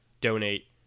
donate